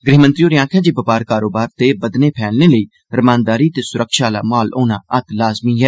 गृहमंत्री होरें आक्खेया जे बपार कारोबर दे बददने फैलने लेई रमानदारी ते स्रक्षा आला माहोल होना अत लाजमी ऐ